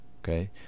Okay